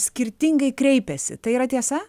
skirtingai kreipiasi tai yra tiesa